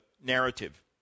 narrative